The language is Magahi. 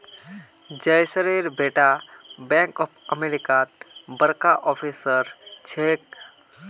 जयेशेर बेटा बैंक ऑफ अमेरिकात बड़का ऑफिसर छेक